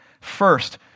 First